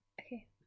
Okay